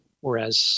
whereas